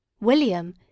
William